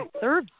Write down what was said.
third